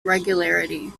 regularity